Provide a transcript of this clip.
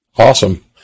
Awesome